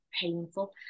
painful